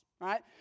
right